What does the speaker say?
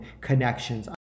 connections